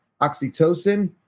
oxytocin